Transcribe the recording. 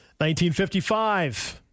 1955